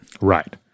Right